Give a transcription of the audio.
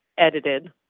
Edited